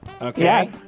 Okay